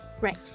Right